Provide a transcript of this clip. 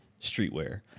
streetwear